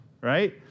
Right